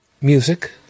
music